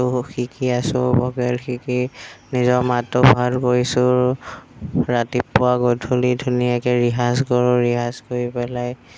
টো শিকি আছোঁ ভকেল শিকি নিজৰ মাতটো ভাল কৰিছোঁ ৰাতিপুৱা গধূলি ধুনীয়াকৈ ৰেৱাজ কৰোঁ ৰেৱাজ কৰি পেলাই